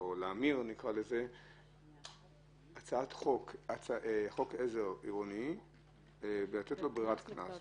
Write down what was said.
להמיר חוק עזר עירוני בברירת קנס.